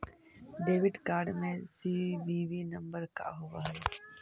Debit card में CVV number का होव हइ?